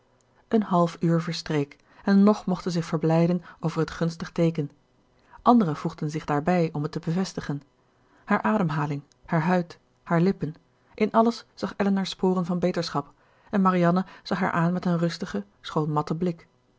een half uur verstreek en nog mocht zij zich verblijden over het gunstig teeken andere voegden zich daarbij om het te bevestigen haar ademhaling haar huid haar lippen in alles zag elinor sporen van beterschap en marianne zag haar aan met een rustigen schoon matten blik